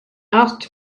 asked